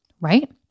Right